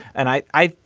and. i i